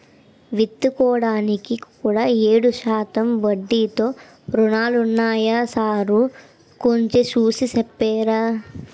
విత్తుకోడానికి కూడా ఏడు శాతం వడ్డీతో రుణాలున్నాయా సారూ కొంచె చూసి సెప్పరా